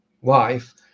wife